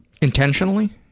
intentionally